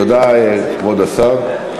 תודה, כבוד השר.